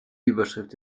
überschrift